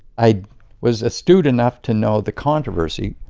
i was astute enough to know the controversy.